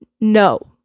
No